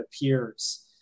appears